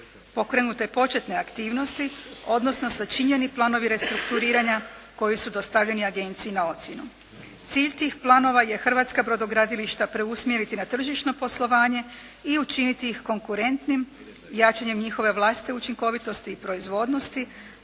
pokrenute početne aktivnosti odnosno sačinjeni planovi restrukturiranja koji su dostavljeni agenciji na ocjenu. Cilj tih planova je hrvatska brodogradilišta preusmjeriti na tržišno poslovanje i učiniti ih konkurentnim jačanjem njihove vlastite učinkovitosti i proizvodnosti,